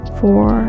four